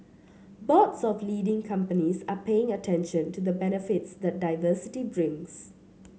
boards of leading companies are paying attention to the benefits that diversity brings